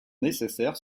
nécessaires